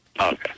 okay